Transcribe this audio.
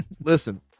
listen